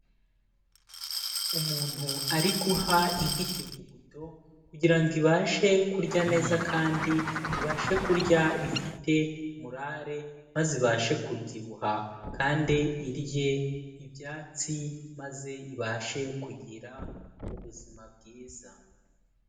Umuntu ari guha inka ikivuguto kugira ngo ibashe kurya neza kandi ibashe kurya ifite morare maze ibashe kubyibuha kandi irye ibyatsi maze ibashe kugira ubuzima bwiza.